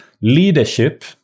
leadership